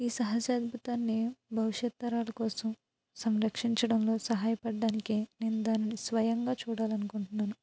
ఈ సహజ అద్భుతాన్ని భవిష్యత్తు తరాల కోసం సంరక్షించడంలో సహాయపడడానికి నేను దాన్ని స్వయంగా చూడాలనుకుంటున్నాను